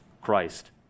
Christ